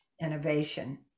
innovation